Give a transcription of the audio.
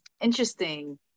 interesting